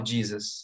Jesus